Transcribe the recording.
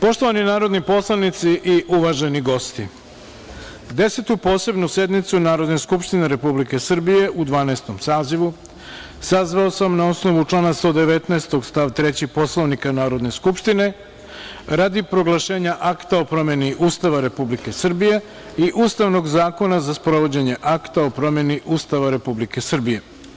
Poštovani narodni poslanici i uvaženi gosti, Desetu posebnu sednicu Narodne skupštine Republike Srbije u Dvanaestom sazivu sazvao sam na osnovu člana 119. stav 3. Poslovnika Narodne skupštine radi proglašenja Akta o promeni Ustava Republike Srbije i Ustavnog zakona za sprovođenje Akta o promeni Ustava Republike Srbije.